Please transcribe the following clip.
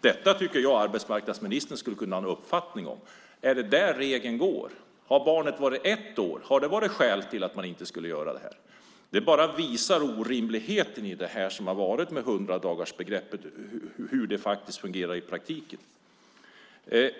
Detta tycker jag att arbetsmarknadsministern skulle kunna ha en uppfattning om. Är det där regeln går? Skulle det ha gjort någon skillnad om barnet hade varit ett år? Detta visar orimligheten i hur hundradagarsregeln fungerar i praktiken.